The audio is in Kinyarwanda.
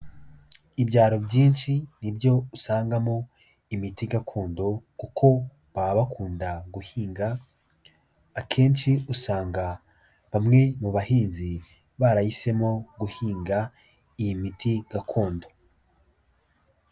Ibyaro byinshi ni byo usangamo imiti gakondo kuko baba bakunda guhinga, akenshi usanga bamwe mu bahinzi barahisemo guhinga iyi miti gakondo.